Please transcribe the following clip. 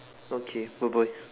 okay bye bye